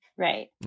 Right